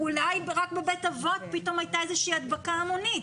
אולי רק בבית האבות פתאום הייתה איזושהי הדבקה המונית